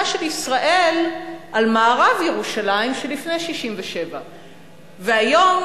של ישראל על מערב ירושלים של לפני 67'. והיום,